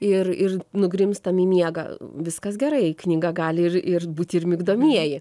ir ir nugrimztam į miegą viskas gerai knyga gali ir ir būti ir migdomieji